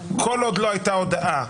כל עוד לא הייתה הודעה,